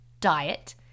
diet